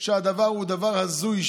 שהדבר הוא דבר הזוי,